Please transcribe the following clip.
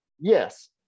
Yes